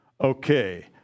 Okay